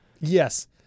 Yes